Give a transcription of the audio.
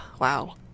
wow